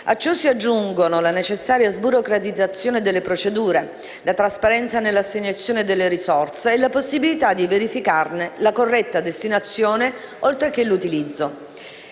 A ciò si aggiungono la necessaria sburocratizzazione delle procedure, la trasparenza nell'assegnazione delle risorse e la possibilità di verificarne la corretta destinazione oltre che l'utilizzo.